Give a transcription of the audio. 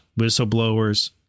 Whistleblowers